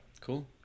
Cool